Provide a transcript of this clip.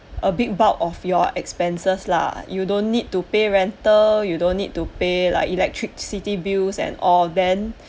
a big bulk of your expenses lah you don't need to pay rental you don't need to pay like electricity bills and all then